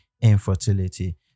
infertility